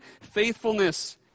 faithfulness